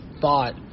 thought